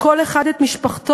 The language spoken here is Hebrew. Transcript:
כל אחד את משפחתו,